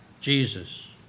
Jesus